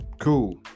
Cool